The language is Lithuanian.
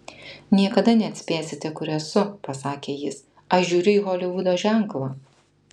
niekada neatspėsite kur esu pasakė jis aš žiūriu į holivudo ženklą